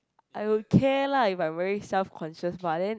I okay lah if I very self conscious but then